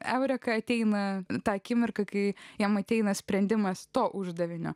ežere kai ateina ta akimirka kai jam ateina sprendimas to uždavinio